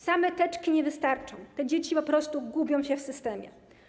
Same teczki nie wystarczą, te dzieci po prostu gubią się w systemie.